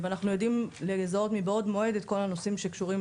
ואנחנו יודעים לזהות מבעוד מועד את כל הנושאים שקשורים